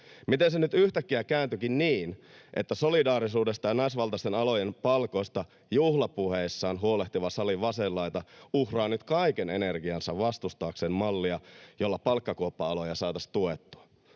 Miten se nyt yhtäkkiä kääntyikin niin, että solidaarisuudesta ja naisvaltaisten alojen palkoista juhlapuheissaan huolehtiva salin vasen laita uhraa nyt kaiken energiansa vastustaakseen mallia, jolla palkkakuoppa-aloja saataisiin tuettua.